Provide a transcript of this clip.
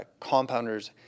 compounders